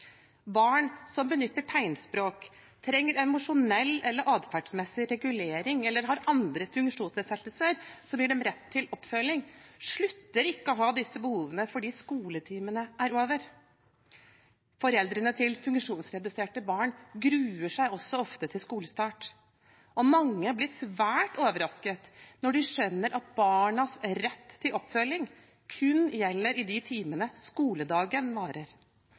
Barn som benytter tegnspråk, som trenger emosjonell eller adferdsmessig regulering, eller som har andre funksjonsnedsettelser som gir dem rett til oppfølging, slutter ikke å ha disse behovene fordi skoletimene er over. Foreldrene til funksjonsreduserte barn gruer seg også ofte til skolestart, og mange blir svært overrasket når de skjønner at barnas rett til oppfølging kun gjelder i de timene skoledagen varer.